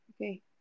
Okay